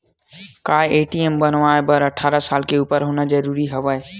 का ए.टी.एम बनवाय बर अट्ठारह साल के उपर होना जरूरी हवय?